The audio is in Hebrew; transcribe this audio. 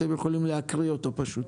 אתם יכולים להקריא אותו פשוט.